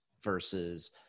versus